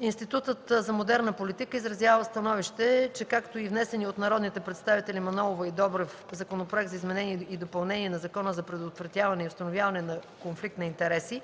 3. Институтът за модерна политика изразява становище, че както и внесеният от народните представители Мая Манолова и Кирил Добрев Законопроект за изменение и допълнение на Закона за предотвратяване и установяване на конфликт на интереси,